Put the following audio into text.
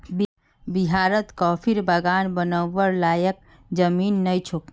बिहारत कॉफीर बागान बनव्वार लयैक जमीन नइ छोक